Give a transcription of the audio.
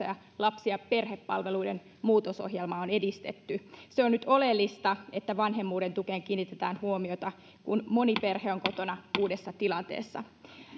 ja lapsi ja perhepalveluiden muutosohjelmaa on edistetty se on nyt oleellista että vanhemmuuden tukeen kiinnitetään huomiota kun moni perhe on kotona uudessa tilanteessa